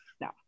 No